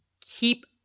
keep